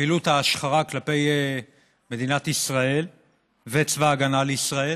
פעילות ההשחרה כלפי מדינת ישראל וצבא ההגנה לישראל,